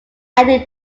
ending